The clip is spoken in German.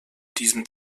diesem